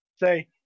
Say